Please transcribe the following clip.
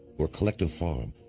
or collective farm,